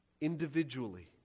individually